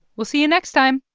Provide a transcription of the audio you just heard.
we'll see you next time